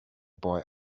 boy